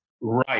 Right